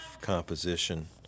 composition